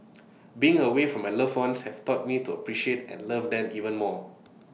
being away from my loved ones has taught me to appreciate and love them even more